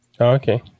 okay